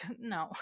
No